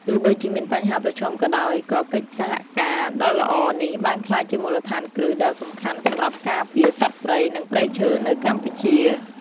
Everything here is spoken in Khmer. ទោះបីជាមានបញ្ហាប្រឈមក៏ដោយ ក៏កិច្ចសហការដ៏ល្អនេះបានក្លាយជាមូលដ្ឋានគ្រឹះដ៏សំខាន់សម្រាប់ការពារសត្វព្រៃ និងព្រៃឈើនៅកម្ពុជា។